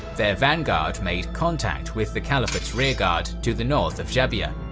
their vanguard made contact with the caliphate's rearguard to the north of jabiya.